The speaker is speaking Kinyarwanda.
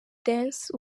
dance